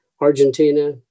Argentina